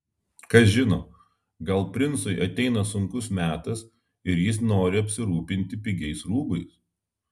kas žino gal princui ateina sunkus metas ir jis nori apsirūpinti pigiais rūbais